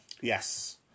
Yes